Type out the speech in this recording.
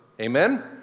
Amen